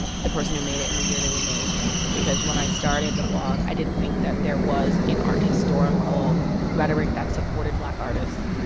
and the person who made it and the year they were made because when i started the blog, i didn't think that there was an art historical rhetoric that supported black artists.